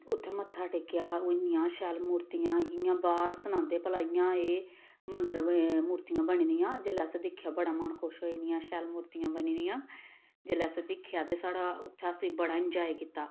उत्थें मत्था टेकेआ इन्नियां शैल मूर्तियां इ'यां बाह्र सनांदे भला इ'यां एह् मंदर मूर्तियां बनी दियां जेल्लै असें दिक्खेआ बड़ा मन खुश होए इन्नियां शैल मूर्तियां बनी दियां जेल्लै असें दिक्खेआ ते साढ़ा उत्थें असें बड़ा इंजाय कीता